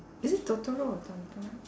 is it totoro or